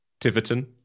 Tiverton